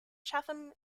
chatham